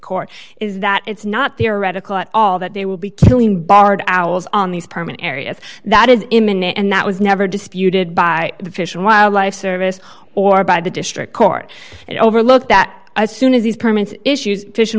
court is that it's not there radical at all that they will be killing bart owls on these permit areas that is imminent and that was never disputed by the fish and wildlife service or by the district court and overlooked that as soon as these permits issues